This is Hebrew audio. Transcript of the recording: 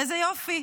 איזה יופי.